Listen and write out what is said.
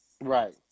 Right